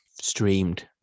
streamed